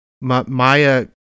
Maya